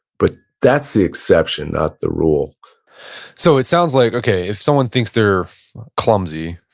but that's the exception, not the rule so it sounds like, okay, if someone thinks they're clumsy,